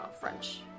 French